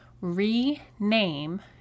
rename